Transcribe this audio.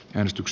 jos tyks